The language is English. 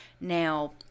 Now